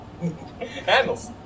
Handles